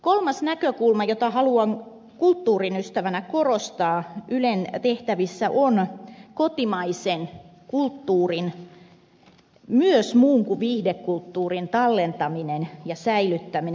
kolmas näkökulma jota haluan kulttuurin ystävänä korostaa ylen tehtävissä on kotimaisen kulttuurin myös muun kuin viihdekulttuurin tallentaminen ja säilyttäminen